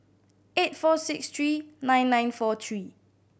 eight four six three nine nine four three